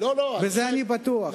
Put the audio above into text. בזה אני בטוח,